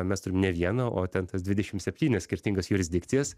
mes turim ne vieną o ten tas dvidešim septynias skirtingas jurisdikcijas